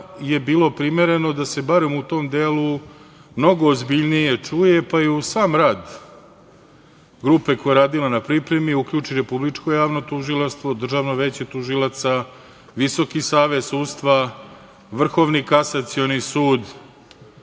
je bilo primereno da se barem u tom delu mnogo ozbiljnije čuje, pa i uz sam rad grupe koja je radila na pripremi uključi Republičko javno tužilaštvo, Državno veće tužilaca, Visoki savet sudstva, Vrhovni kasacioni sud,